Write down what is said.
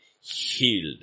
healed